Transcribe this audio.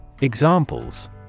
Examples